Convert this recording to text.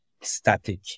static